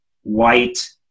white